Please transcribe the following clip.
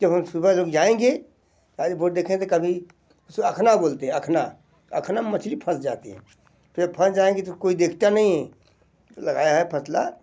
जब हम सुबह लोग जाएंगे आज बोट देखने तो कभी उसको अखना बोलते हैं अखना अखना में मछली फंस जाती हैं फिर फंस जाएंगी तो कोई देखता नई लगाया है फसला